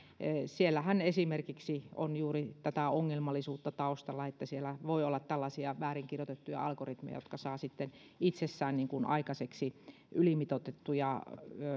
siellähän esimerkiksi on juuri tätä ongelmallisuutta taustalla että siellä voi olla tällaisia väärin kirjoitettuja algoritmeja jotka saavat sitten itsessään aikaiseksi ylimitoitettuja